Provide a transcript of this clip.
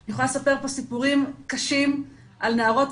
אני יכולה לספר פה סיפורים קשים על נערות,